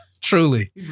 Truly